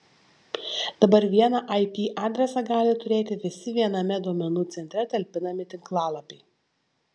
dabar vieną ip adresą gali turėti visi viename duomenų centre talpinami tinklalapiai